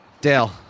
Dale